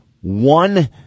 one